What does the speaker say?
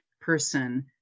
person